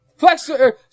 Flexor